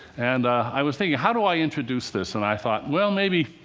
and i was thinking, how do i introduce this? and i thought, well, maybe